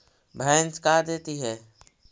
भैंस का देती है?